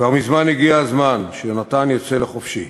"כבר מזמן הגיע הזמן שיונתן יצא לחופשי.